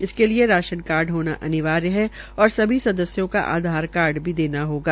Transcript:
इसके लिये ration card होना अनिवार्य है और सभी सदस्यो का आधार कार्ड भी देना होगा